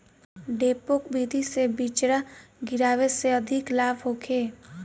डेपोक विधि से बिचरा गिरावे से अधिक लाभ होखे?